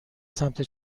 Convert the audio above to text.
سمت